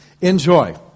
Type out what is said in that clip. enjoy